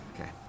Okay